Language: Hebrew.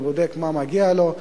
הוא בודק מה מגיע לו,